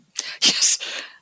Yes